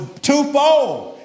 twofold